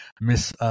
Miss